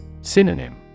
Synonym